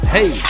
Hey